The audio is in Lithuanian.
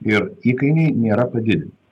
ir įkainiai nėra padidinti